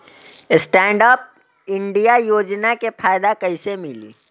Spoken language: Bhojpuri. स्टैंडअप इंडिया योजना के फायदा कैसे मिली?